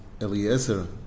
Eliezer